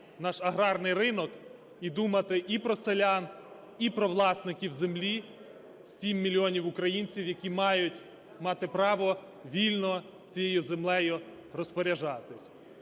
наш аграрний ринок і думати і про селян, і про власників землі – 7 мільйонів українців, які мають мати право вільно цією землею розпоряджатися.